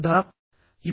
అబద్ధాలా